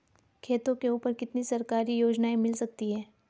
खेतों के ऊपर कितनी सरकारी योजनाएं मिल सकती हैं?